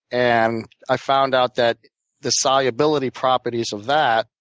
and i found out that the solubility properties of that,